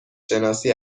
شناسی